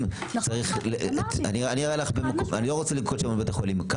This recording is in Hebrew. אני לא רוצה לנקוט בשם בית החולים,